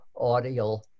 audio